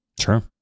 Sure